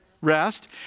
rest